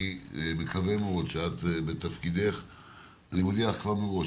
אני מודיע לך כבר מראש,